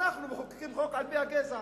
אנחנו מחוקקים חוק על-פי הגזע,